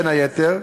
בין היתר,